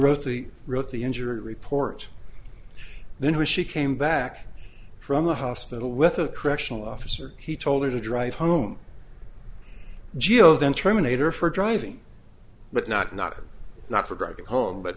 rosie wrote the injury report then when she came back from the hospital with a correctional officer he told her to drive home geo then terminator for driving but not not not for driving home but